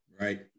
Right